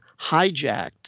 hijacked